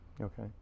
Okay